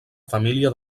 família